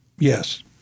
Yes